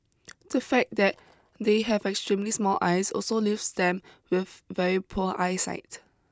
the fact that they have extremely small eyes also leaves them with very poor eyesight